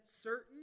certain